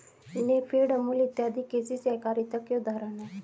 नेफेड, अमूल इत्यादि कृषि सहकारिता के उदाहरण हैं